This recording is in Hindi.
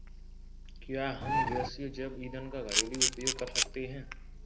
क्या हम गैसीय जैव ईंधन का घरेलू उपयोग कर सकते हैं?